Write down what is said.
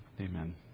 Amen